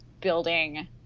building